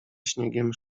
śniegiem